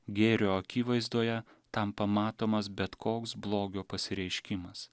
gėrio akivaizdoje tampa matomas bet koks blogio pasireiškimas